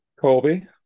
Colby